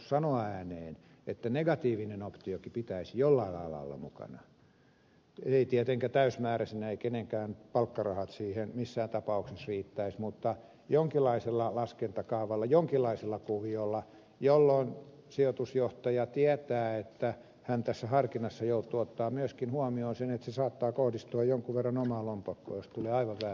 onko kukaan uskaltanut sanoa ääneen että negatiivisenkin option pitäisi jollain lailla olla mukana ei tietenkään täysimääräisenä eivät kenenkään palkkarahat siihen missään tapauksessa riittäisi mutta jonkinlaisella laskentakaavalla jonkinlaisella kuviolla jolloin sijoitusjohtaja tietää että hän tässä harkinnassa joutuu ottamaan huomioon myöskin sen että se saattaa kohdistua jonkun verran omaan lompakkoon jos tulee aivan vääriä arvioita